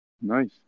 Nice